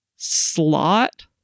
slot